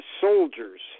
soldiers